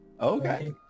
okay